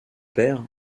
père